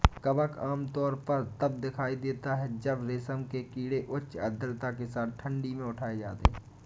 कवक आमतौर पर तब दिखाई देता है जब रेशम के कीड़े उच्च आर्द्रता के साथ ठंडी में उठाए जाते हैं